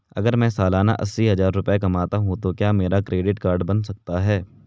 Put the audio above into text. अगर मैं सालाना अस्सी हज़ार रुपये कमाता हूं तो क्या मेरा क्रेडिट कार्ड बन सकता है?